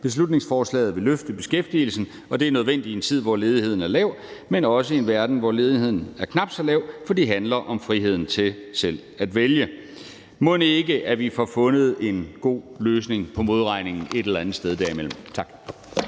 Beslutningsforslaget vil løfte beskæftigelsen, og det er nødvendigt i en tid, hvor ledigheden er lav, men også i en verden, hvor ledigheden er knap så lav, for det handler om friheden til selv at vælge. Mon ikke vi får fundet en god løsning på modregningen et eller andet sted derimellem? Tak.